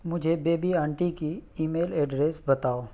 مجھے baby aunty کی email address بتاؤ